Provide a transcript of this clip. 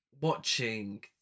watching